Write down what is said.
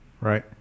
Right